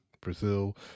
Brazil